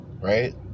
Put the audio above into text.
right